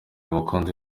abakunzi